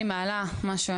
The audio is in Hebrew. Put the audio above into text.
אני מעלה משהו,